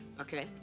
Okay